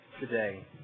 today